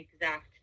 exact